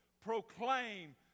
proclaim